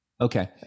Okay